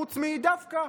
חוץ מדווקא.